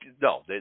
no